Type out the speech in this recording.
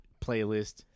playlist